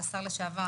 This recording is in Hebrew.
הישיבה